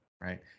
right